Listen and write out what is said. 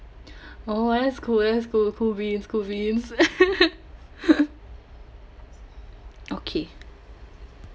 oh that's cool that's cool cool bean cool bean okay